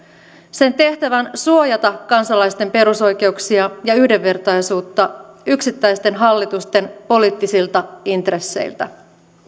sen tehtävän suojata kansalaisten perusoikeuksia ja yhdenvertaisuutta yksittäisten hallitusten poliittisilta intresseiltä